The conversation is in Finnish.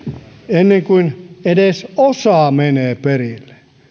ennen kuin edes osa menee perille